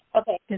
Okay